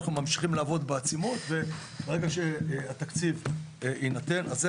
אנחנו ממשיכים לעבוד בעצימות וברגע שהתקציב יינתן אז גם יותר.